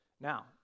Now